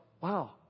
wow